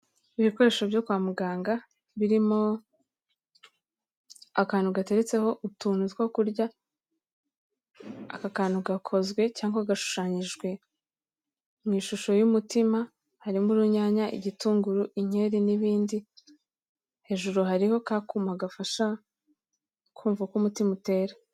Ibikoresho byo kwa muganga, birimo akantu gateretseho utuntu two kurya, aka kantu gakozwe cyangwa gashushanyijwe mu ishusho y'umutima, harimo urunyanya igitunguru inkeri n'ibindi, hejuru hariho ka kuma gafasha, kumva uko umutima utera.